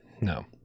No